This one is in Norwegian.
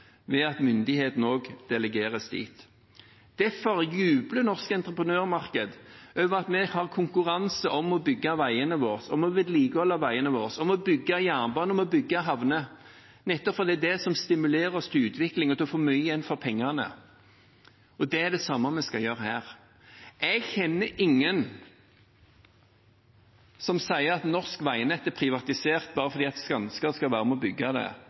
ved at myndigheten delegeres dit. Derfor jubler norsk entreprenørmarked over at vi har konkurranse om å bygge og vedlikeholde veiene våre, bygge jernbane og havner. Det er nettopp fordi det er det som stimulerer til utvikling og til å få mye igjen for pengene. Det er det samme vi skal gjøre her. Jeg kjenner ingen som sier at norsk veinett er privatisert bare fordi Skanska eller AF Gruppen er med og bygger det.